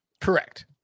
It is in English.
Correct